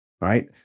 right